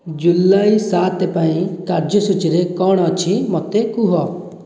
ଜୁଲାଇ ସାତ ପାଇଁ କାର୍ଯ୍ୟସୂଚୀରେ କଣ ଅଛି ମୋତେ କୁହ